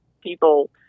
people